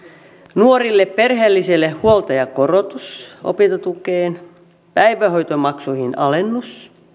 nuorille perheellisille huoltajakorotus opintotukeen päivähoitomaksuihin alennus